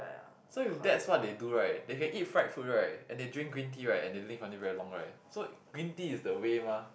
so if that's what they do right they can eat fried food right and they drink green tea right and they live until very long right so green tea is the way mah